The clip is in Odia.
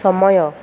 ସମୟ